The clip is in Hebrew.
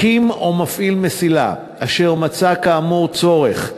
מקים או מפעיל מסילה אשר מצא כאמור צורך,